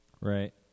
Right